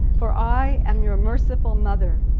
for i am your merciful mother.